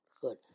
Good